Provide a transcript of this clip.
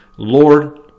Lord